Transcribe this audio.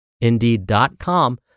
Indeed.com